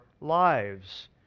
lives